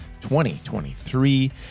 2023